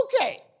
okay